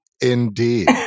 Indeed